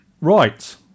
Right